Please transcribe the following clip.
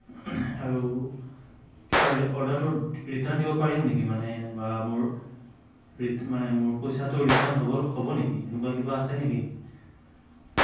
আৰু কিবা অৰ্ডাৰটো ৰিটাৰ্ণ দিব পাৰিম নেকি মানে বা মোৰ মানে পইচাটো ৰিফাণ্ড হ'ব নেকি এনেকুৱা কিবা আছে নেকি